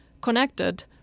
connected